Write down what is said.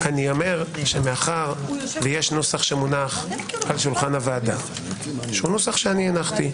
אני אומר שמאחר שיש נוסח שמונח על שולחן הוועדה שהוא נוסח שאי הכנתי,